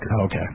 Okay